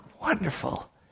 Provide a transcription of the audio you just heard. wonderful